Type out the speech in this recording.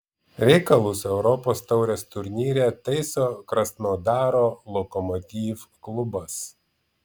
reikalus europos taurės turnyre taiso krasnodaro lokomotiv klubas